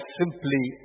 simply